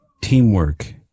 teamwork